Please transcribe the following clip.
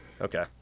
Okay